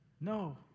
No